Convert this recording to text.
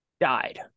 died